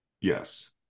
Yes